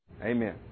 Amen